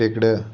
टेकड्या